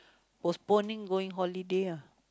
postponing going holiday ah